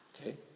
okay